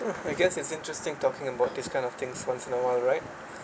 I guess it's interesting talking about this kind of things once in a while right